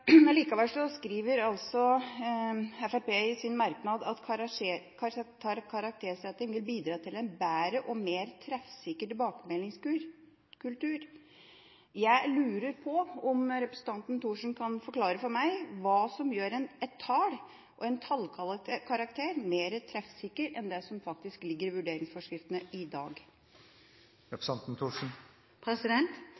skriver Fremskrittspartiet i sin merknad at karaktersetting «vil bidra til bedre og mer treffsikker tilbakemeldingskultur». Jeg lurer på om representanten Thorsen kan forklare for meg hva som gjør en tallkarakter mer treffsikker enn det som ligger i vurderingsforskriftene i dag. Det svarer seg alltid å lese alt som står i en merknad. Man har i dag